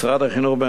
משרד החינוך,